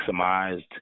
maximized